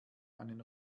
einen